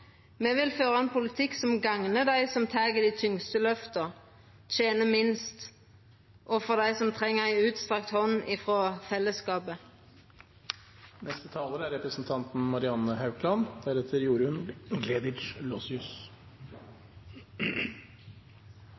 Me vil føra ein politikk som gagnar dei som tek dei tyngste løfta, dei som tener minst, og dei som treng ei utstrekt hand frå fellesskapet.